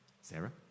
Sarah